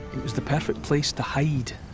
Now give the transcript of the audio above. it was the perfect place to hide.